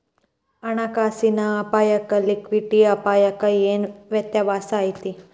ಹಣ ಕಾಸಿನ್ ಅಪ್ಪಾಯಕ್ಕ ಲಿಕ್ವಿಡಿಟಿ ಅಪಾಯಕ್ಕ ಏನ್ ವ್ಯತ್ಯಾಸಾ ಐತಿ?